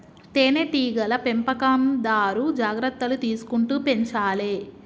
తేనె టీగల పెంపకందారు జాగ్రత్తలు తీసుకుంటూ పెంచాలే